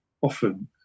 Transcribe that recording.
often